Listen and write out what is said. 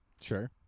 Sure